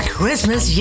Christmas